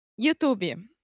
Youtube